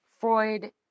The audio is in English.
Freud